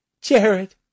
Jared